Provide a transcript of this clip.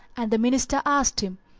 and the minister asked him,